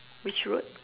which route